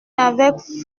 avec